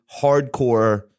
hardcore